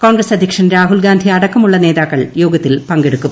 കോൺഗ്രസ് അധ്യക്ഷൻ രാഹുൽഗാന്ധി അടക്കമുള്ള നേതാക്കൾ യോഗത്തിൽ പങ്കെടുക്കും